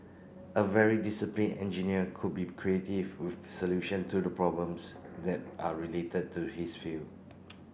a very disciplined engineer could be creative with solution to the problems that are related to his field